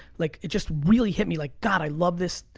like it just really hit me, like, god, i love this.